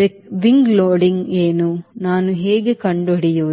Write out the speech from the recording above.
ರೆಕ್ಕೆ ಲೋಡಿಂಗ್ ಏನು ನಾನು ಹೇಗೆ ಕಂಡುಹಿಡಿಯುವುದು